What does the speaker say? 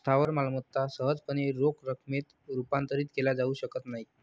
स्थावर मालमत्ता सहजपणे रोख रकमेत रूपांतरित केल्या जाऊ शकत नाहीत